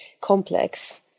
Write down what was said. complex